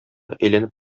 әйләнеп